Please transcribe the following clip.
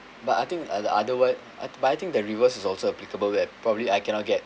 but I think uh the other word I but I think the reverse is also applicable where probably I cannot get